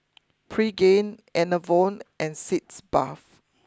Pregain Enervon and Sitz Bath